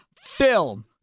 film